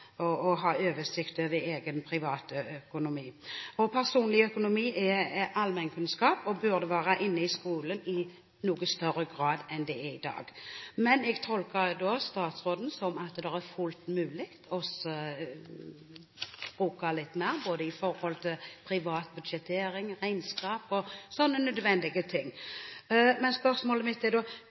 ha oversikt over sin egen private økonomi. Personlig økonomi er allmennkunnskap og burde være inne i skolen i noe større grad enn det er i dag, og jeg tolker statsråden slik at det er fullt mulig å bruke litt mer, både til privat budsjettering, regnskap og slike nødvendige ting. Men spørsmålet mitt er da: